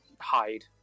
hide